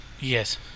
Yes